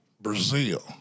Brazil